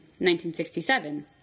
1967